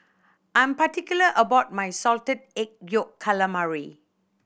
I'm particular about my Salted Egg Yolk Calamari